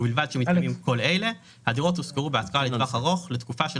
ובלבד שמתקיימים כל אלה: הדירות הושכרו בהשכרה לטווח ארוך לתקופה של